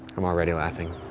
i'm already laughing.